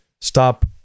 stop